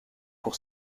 pour